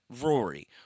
Rory